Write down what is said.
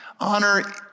Honor